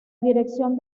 dirección